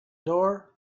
door